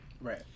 right